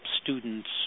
students